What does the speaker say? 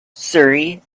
surrey